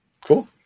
cool